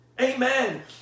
Amen